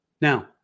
now